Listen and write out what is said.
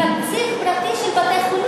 אבל התקציב הוא תקציב פרטי של בתי-החולים.